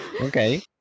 okay